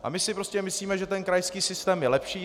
A my si prostě myslíme, že ten krajský systém je lepší.